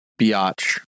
Biatch